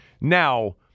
Now